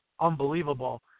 unbelievable